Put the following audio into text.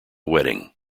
wedding